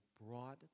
brought